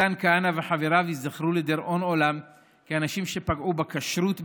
מתן כהנא וחבריו ייזכרו לדיראון עולם כאנשים שפגעו בכשרות,